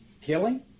killing